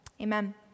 Amen